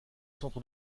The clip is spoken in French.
centres